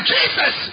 Jesus